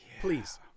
please